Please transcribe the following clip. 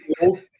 old